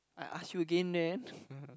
I ask you again then